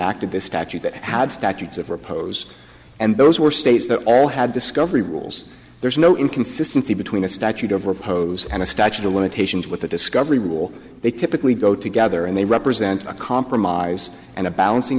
this statute that had statutes of repose and those were states that all had discovery rules there's no inconsistency between a statute of repose and a statute of limitations with the discovery rule they typically go together and they represent a compromise and a balancing